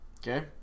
Okay